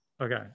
Okay